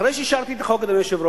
אחרי שאישרתי את החוק, אדוני היושב-ראש,